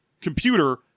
computer